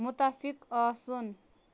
مُتفِق آسُن